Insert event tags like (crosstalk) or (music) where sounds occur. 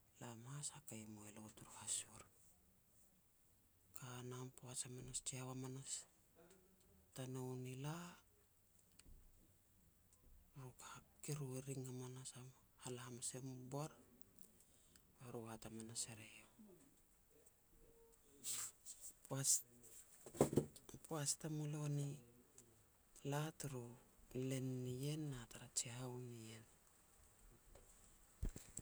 lam has hakei e mue lo turu hasur. Ka nam, poaj hamanas, jihou hamanas tanou ni la, ru ka, keru e ring hamanas am, hala hamas em u bor, be ru e hat hamanas er eiau. (noise) Poaj (noise) poaj tamulo ni la turu len nien na tara jihou nien.